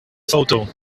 photo